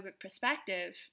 perspective